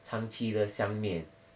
长期的相面